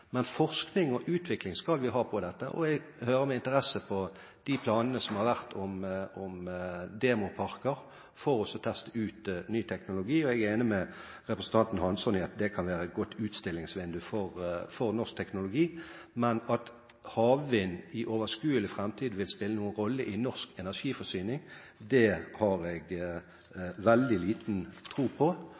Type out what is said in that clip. forskning og utvikling på dette, og jeg hører med interesse på de planene som har vært om demoparker for å teste ut ny teknologi. Jeg er enig med representanten Hansson i at det kan være et godt utstillingsvindu for norsk teknologi, men at havvind i overskuelig framtid vil spille noen rolle i norsk energiforsyning, har jeg veldig liten tro på.